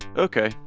um okay,